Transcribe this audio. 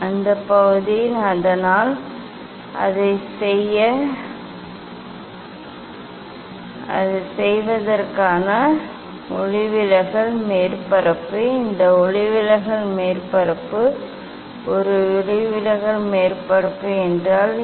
அந்த பகுதி அதனால் அதை செய்ய அதை செய்வதற்கு இந்த ஒளிவிலகல் மேற்பரப்பு இந்த ஒளிவிலகல் மேற்பரப்பு ஒரு ஒளிவிலகல் மேற்பரப்பு என்றால் என்ன